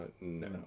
no